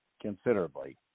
considerably